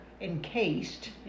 encased